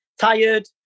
Tired